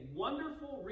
wonderful